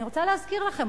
אני רוצה להזכיר לכם,